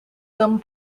some